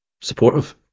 supportive